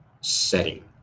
setting